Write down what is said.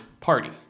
party